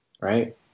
right